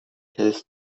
tells